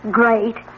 great